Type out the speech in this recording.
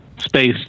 space